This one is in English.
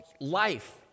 life